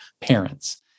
parents